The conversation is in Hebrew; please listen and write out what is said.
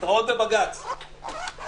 הישיבה ננעלה בשעה 11:00.